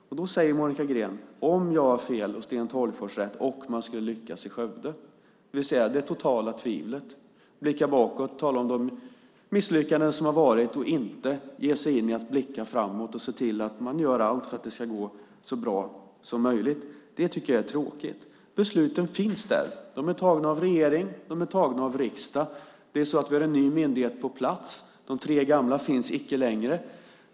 Då säger Monica Green: Om jag har fel och Sten Tolgfors har rätt och man skulle lyckas i Skövde. Det är det totala tvivlet. Man blickar bakåt och talar om de misslyckanden som har varit och ger sig inte in i att blicka framåt och se till att göra allt för att det ska gå så bra som möjligt. Det tycker jag är tråkigt. Besluten finns där. De är fattade av regering och riksdag. Vi har en ny myndighet på plats. De tre gamla finns icke längre.